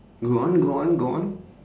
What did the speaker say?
go on go on go on